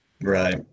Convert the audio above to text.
Right